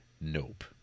nope